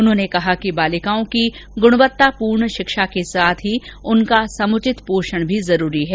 उन्होंने कहा कि बालिकाओं की गुणवत्तापूर्ण शिक्षा के साथ ही उनका समुचित पोषण भी जरूरी है